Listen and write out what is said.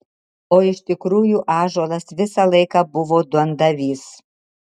o iš tikrųjų ąžuolas visą laiką buvo duondavys